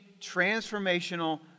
transformational